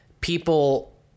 people